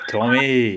Tommy